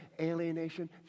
alienation